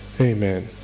Amen